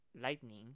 lightning